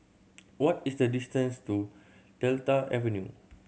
what is the distance to Delta Avenue